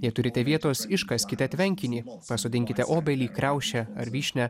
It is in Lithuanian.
jei turite vietos iškaskite tvenkinį pasodinkite obelį kriaušę ar vyšnią